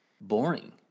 boring